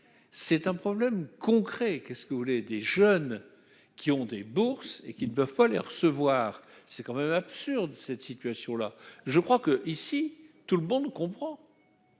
qu'est ce que vous voulez, des jeunes qui ont des bourses et qui ne peuvent pas les recevoir, c'est quand même absurde cette situation-là, je crois que, ici, tout le monde comprend.